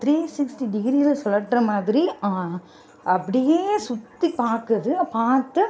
three sixty டிகிரியில சுலற்றமாதிரி அப்படியே சுற்றி பார்க்குது பார்த்து